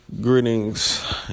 Greetings